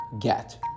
Get